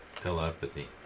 telepathy